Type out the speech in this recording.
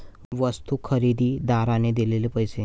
वस्तू खरेदीदाराने दिलेले पैसे